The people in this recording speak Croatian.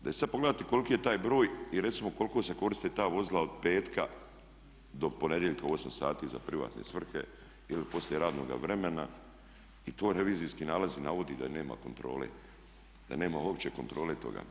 Da je sad pogledati koliki je taj broj i recimo koliko se koriste ta vozila od petka do ponedjeljka u 8 sati za privatne svrhe ili poslije radnoga vremena i to revizijski nalaz i navodi da nema kontrole, da nema uopće kontrole toga.